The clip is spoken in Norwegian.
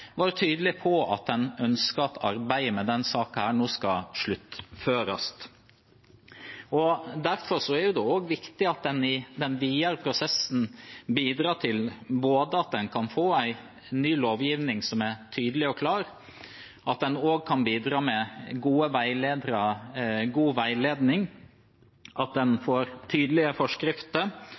nå skal sluttføres. Derfor er det også viktig at man i den videre prosessen bidrar til at en kan få en ny lovgivning som er tydelig og klar, at en kan bidra med god veiledning, at en får tydelige forskrifter,